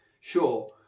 sure